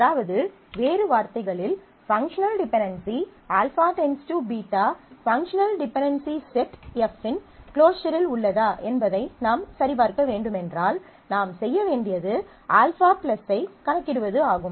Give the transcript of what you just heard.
அதாவது வேறு வார்த்தைகளில் functional dependency α → β functional dependency set F இன் க்ளோஸரில் உள்ளதா என்பதை நாம் சரிபார்க்க வேண்டும் என்றால் நாம் செய்ய வேண்டியது α ஐக் கணக்கிடுவது ஆகும்